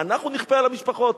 שאנחנו נכפה על המשפחות?